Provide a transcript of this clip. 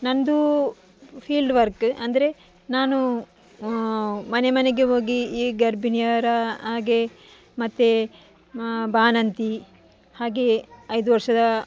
ನನ್ನದು field work ಅಂದರೆ ನಾನು ಮನೆ ಮನೆಗೆ ಹೋಗಿ ಈ ಗರ್ಭಿಣಿಯರ ಹಾಗೇ ಮತ್ತು ಬಾಣಂತಿ ಹಾಗೇ ಐದು ವರ್ಷದ